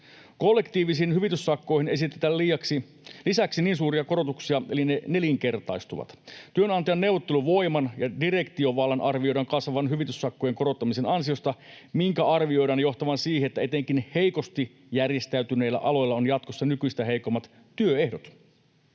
Kollektiivisiin hyvityssakkoihin esitetään lisäksi suuria korotuksia, eli ne nelinkertaistuvat. Työnantajan neuvotteluvoiman ja direktiovallan arvioidaan kasvavan hyvityssakkojen korottamisen ansiosta, minkä arvioidaan johtavan siihen, että etenkin heikosti järjestäytyneillä aloilla on jatkossa nykyistä heikommat työehdot.